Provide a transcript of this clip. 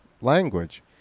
language